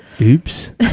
Oops